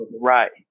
Right